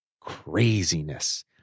Craziness